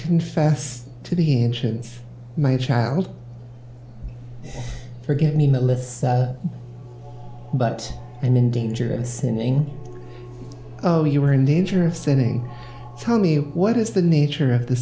confess to being sions my child forgive me melissa but and in danger of sinning oh you were in danger of setting tell me what is the nature of the